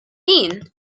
mean